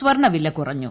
സ്വർണവില കുറഞ്ഞു